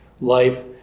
life